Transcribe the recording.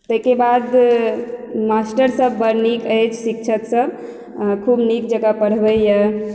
तइकेबाद master सब बड़ नीक अछि शिक्षक सब खुब नीक जकाँ पढ़बइए